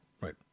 Right